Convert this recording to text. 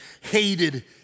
hated